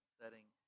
setting